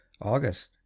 August